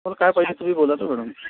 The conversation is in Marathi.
तुम्हाला काय पाहिजे तुम्ही बोला तर मॅडम